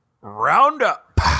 roundup